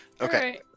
Okay